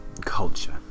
culture